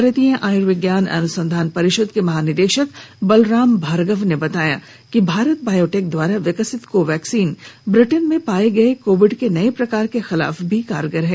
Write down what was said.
भारतीय आयुर्विज्ञान अनुसंधान परिषद के महानिदेशक बलराम भार्गव ने बताया कि भारत बायोटेक द्वारा विकसित कोवैक्सीन ब्रिटेन में पाए गए कोविड के नए प्रकार के खिलाफ भी कारगर है